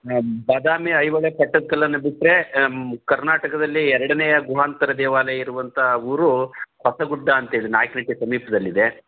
ಬಾದಾಮಿ ಐಹೊಳೆ ಪಟ್ಟದ ಕಲ್ಲನ್ನು ಬಿಟ್ಟರೆ ಕರ್ನಾಟಕದಲ್ಲಿ ಎರಡನೆಯ ಗುಹಾಂತರ ದೇವಾಲಯ ಇರುವಂಥ ಊರು ಹೊಸಗುಡ್ಡ ಅಂತೇಳಿ ನಾಯಕನಹಟ್ಟಿ ಸಮೀಪದಲ್ಲಿದೆ